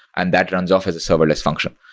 and that runs off as a serverless function.